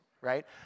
right